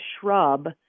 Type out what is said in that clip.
shrub